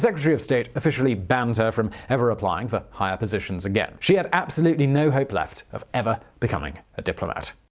secretary of state officially banned her from ever applying for higher positions again. she had absolutely no hope left of ever becoming a diplomat.